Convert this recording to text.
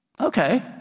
okay